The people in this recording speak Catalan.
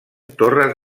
torres